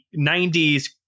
90s